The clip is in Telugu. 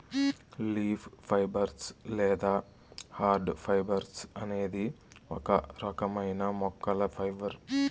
లీఫ్ ఫైబర్స్ లేదా హార్డ్ ఫైబర్స్ అనేది ఒక రకమైన మొక్కల ఫైబర్